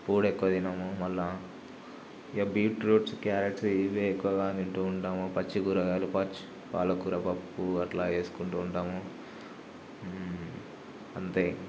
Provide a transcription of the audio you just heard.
కూర ఎక్కువ తినడం మళ్ల ఇక బీట్ రూట్స్ క్యారెట్స్ ఇవే ఎక్కువగా తింటూ ఉంటాము పచ్చి కూరగాయలు పాలకూర పప్పు అట్లా వేసుకుంటూ ఉంటాము అంతే